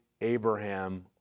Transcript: Abraham